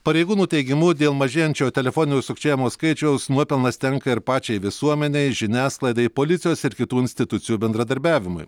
pareigūnų teigimu dėl mažėjančio telefoninio sukčiavimo skaičiaus nuopelnas tenka ir pačiai visuomenei žiniasklaidai policijos ir kitų institucijų bendradarbiavimui